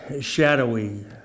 shadowy